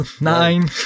nine